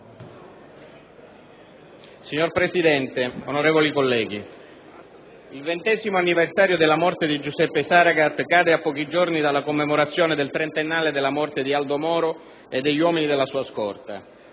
Signor Presidente, onorevoli colleghi, il ventesimo anniversario della morte di Giuseppe Saragat cade a pochi giorni dalla commemorazione del trentennale della morte di Aldo Moro e degli uomini della sua scorta.